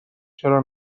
چرا